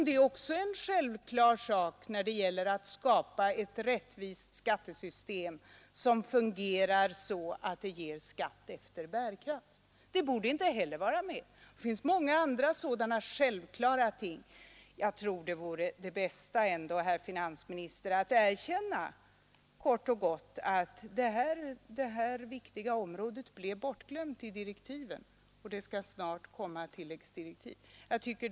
Det är ju en självklar sak när det gäller att skapa ett rättvist skattesystem som fungerar så att det ger skatt efter bärkraft. Det borde i så fall inte heller vara med. Det finns många andra sådana självklara ting. Det bäste vore ändå, herr finansminister, att kort och gott erkänna att detta viktiga område blev bortglömt i direktiven och att det snart skall komma tilläggsdirektiv.